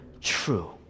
true